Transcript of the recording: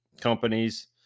companies